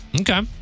Okay